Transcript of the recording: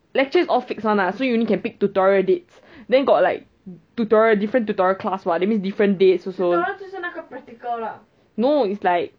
lectures all fixed [one] lah so you only can pick to tutorial dates then got like tutorial different tutorial [what] that means different dates also no it's like